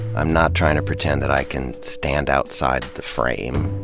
i'm not trying to pretend that i can stand outside the frame,